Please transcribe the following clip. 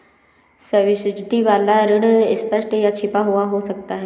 subsidy वाला ऋण स्पष्ट या छिपा हुआ हो सकता है